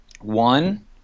One